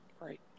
right